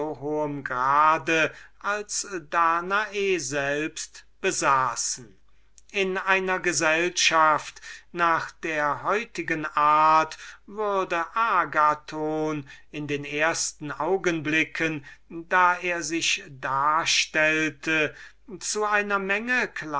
hohen grad als danae selbst besaßen in einer gesellschaft nach der heutigen art würde agathon in den ersten augenblicken da er sich darstellte zu einer unendlichen menge